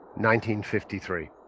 1953